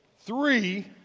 three